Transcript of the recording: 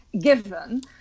given